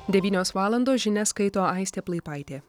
devynios valandos žinias skaito aistė plaipaitė